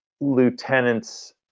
lieutenants